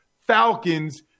Falcons